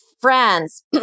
friends